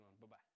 Bye-bye